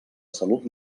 salut